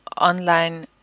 online